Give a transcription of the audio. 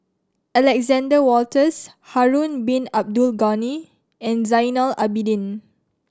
Alexander Wolters Harun Bin Abdul Ghani and Zainal Abidin